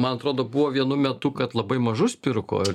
man atrodo buvo vienu metu kad labai mažus pirko ir